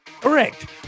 Correct